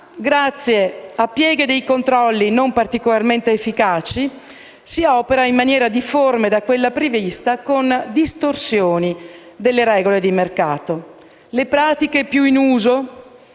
grazie a pieghe dei controlli non particolarmente efficaci, si opera in maniera difforme da quella prevista, con distorsioni delle regole di mercato. Le pratiche più in uso